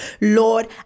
Lord